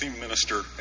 minister